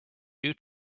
due